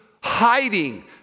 hiding